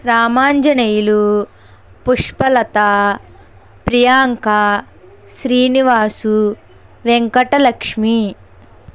Ramanjaneyulu Pushpalatha Priyanka Srinivasu Venkatalakshmi